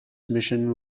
mission